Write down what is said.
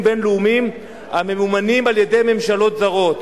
בין-לאומיים הממומנים על-ידי ממשלות זרות",